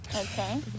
Okay